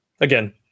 Again